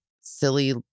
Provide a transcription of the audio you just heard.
Silly